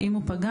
אם הוא פגע,